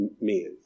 men